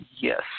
Yes